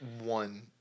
one